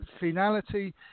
finality